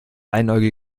einäugige